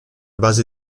base